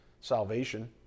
salvation